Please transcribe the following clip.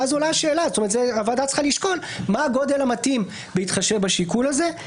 ואז הוועדה צריכה לשקול מה הגודל המתאים בהתחשב בשיקול הזה.